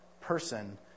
person